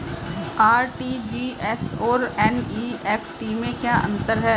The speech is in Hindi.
आर.टी.जी.एस और एन.ई.एफ.टी में क्या अंतर है?